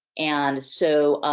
and so,